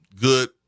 good